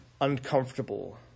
uncomfortable